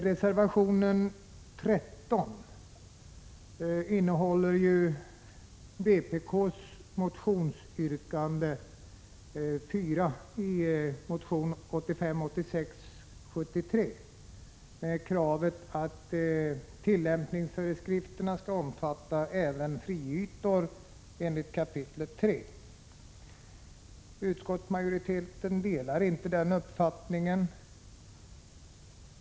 Reservation 13 innehåller vpk:s yrkande 4 i motion 1985/86:73 med kravet att tillämpningsföreskrifterna skall omfatta även friytor enligt 3 kap. Utskottsmajoriteten delar inte den uppfattningen.